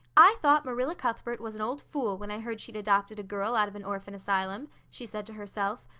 i thought marilla cuthbert was an old fool when i heard she'd adopted a girl out of an orphan asylum, she said to herself,